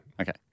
Okay